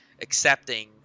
accepting